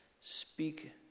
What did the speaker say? speak